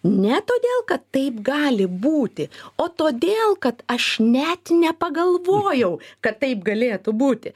ne todėl kad taip gali būti o todėl kad aš net nepagalvojau kad taip galėtų būti